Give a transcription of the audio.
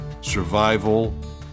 survival